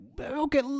okay